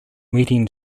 meeting